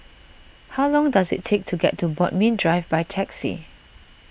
how long does it take to get to Bodmin Drive by taxi